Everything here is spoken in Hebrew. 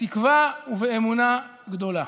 בתקווה ובאמונה גדולה.